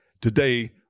Today